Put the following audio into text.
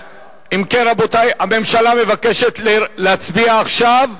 אם כן, רבותי, הממשלה מבקשת להצביע עכשיו.